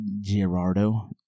Gerardo